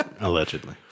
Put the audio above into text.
allegedly